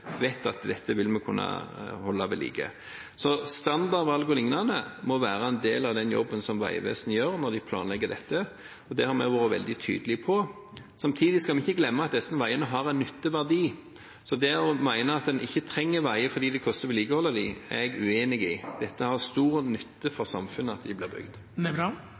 vil kunne holde ved like. Så standardvalg o.l. må være en del av den jobben som Vegvesenet gjør når de planlegger dette. Det har vi vært veldig tydelige på. Samtidig skal vi ikke glemme at disse veiene har en nytteverdi. At en ikke trenger veier fordi det koster å vedlikeholde dem, er jeg uenig i. Det har stor nytte for samfunnet at de blir bygd.